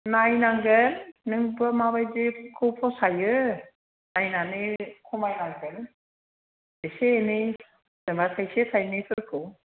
नायनांगोन नोंबा माबायदिखौ फसायो नायनानै खमायनांगोन एसे एनै जेन'बा थाइसे थाइनैफोरखौ